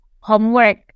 homework